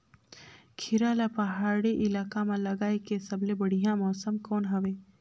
खीरा ला पहाड़ी इलाका मां लगाय के सबले बढ़िया मौसम कोन हवे?